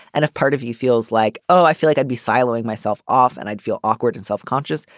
and if part of you feels like oh i feel like i'd be silo ing myself off and i'd feel awkward and self-conscious.